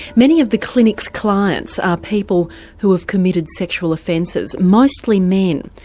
many of the clinic's clients are people who have committed sexual offences, mostly men,